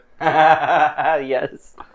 yes